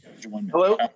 Hello